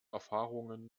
erfahrungen